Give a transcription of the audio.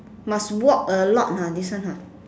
must walk a lot ah this one ah